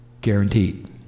guaranteed